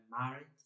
married